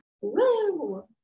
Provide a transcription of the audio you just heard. Woo